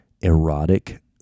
erotic